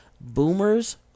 boomers